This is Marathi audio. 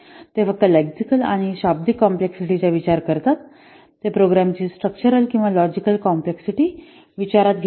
हे फक्त लेक्सिकल आणि शाब्दिक कॉम्प्लेक्सिटीचा विचार करते ते प्रोग्रामची स्ट्रक्चरल किंवा लॉजिकल कॉम्प्लेक्सिटीचा विचारात घेत नाही